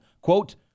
quote